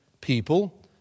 people